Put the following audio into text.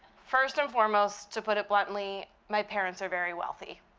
first and foremost, to put it bluntly, my parents are very wealthy.